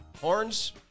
Horns